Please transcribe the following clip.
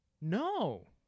No